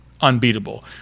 unbeatable